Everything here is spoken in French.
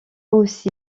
aussi